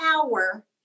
power